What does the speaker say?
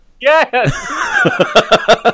Yes